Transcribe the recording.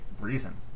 reason